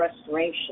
restoration